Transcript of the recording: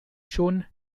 schon